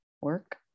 work